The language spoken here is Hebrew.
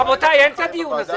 רבותיי, אין דיון עכשיו.